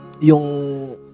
yung